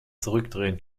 zurückdrehen